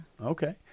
Okay